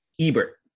Ebert